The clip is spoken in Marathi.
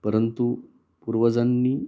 परंतु पूर्वजांनी